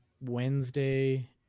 Wednesday